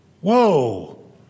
whoa